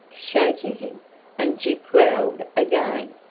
shaking him and gyp growled again.